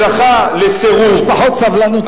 לי יש פחות סבלנות,